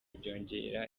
byongera